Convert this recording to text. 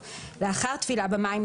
לאחר טבילה במים,